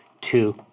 Two